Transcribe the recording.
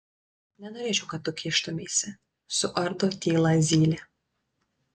nenorėčiau kad tu kištumeisi suardo tylą zylė